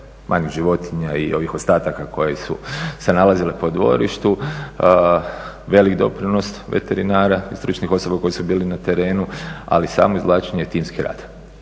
manjih životinja i ovih ostataka koje su se nalazile po dvorištu. Velik doprinos veterinara i stručnih osoba koje su bile na terenu ali i samo izvlačenje je timski rad.